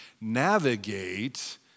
navigate